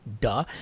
duh